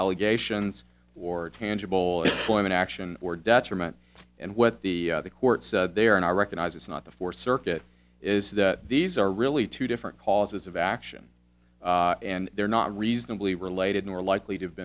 allegations or tangible form of action or detriment and what the court said there and i recognize it's not the fourth circuit is that these are really two different causes of action and they're not reasonably related nor likely to have